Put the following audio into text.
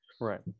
right